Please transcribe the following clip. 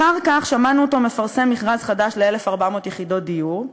אחר כך שמענו אותו מפרסם מכרז חדש ל-1,400 יחידות דיור,